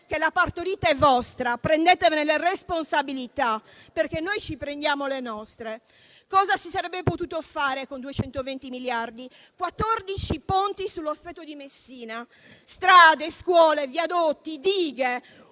che l'ha partorito è vostra; prendetevene la responsabilità, perché noi ci prendiamo le nostre. Cosa si sarebbe potuto fare con 220 miliardi? Quattordici ponti sullo Stretto di Messina, strade, scuole, viadotti, dighe.